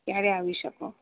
ક્યારે આવી શકો